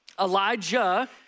Elijah